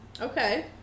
Okay